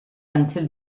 until